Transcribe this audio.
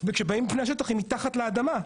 וכשבאים לפני השטח היא מתחת לפני האדמה.